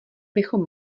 bychom